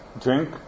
drink